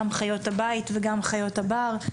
גם חיות הבית וגם חיות הבר.